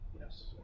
Yes